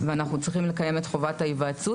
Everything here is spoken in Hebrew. ואנחנו צריכים לקיים את חובת ההיוועצות,